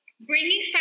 bringing